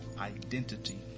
Identity